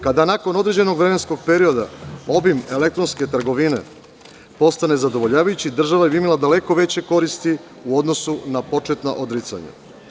Kada nakon određenog vremenskog perioda obim elektronske trgovine postane zadovoljavajući država bi imala daleko veće koristi u odnosu na početna odricanja.